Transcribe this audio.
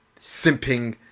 simping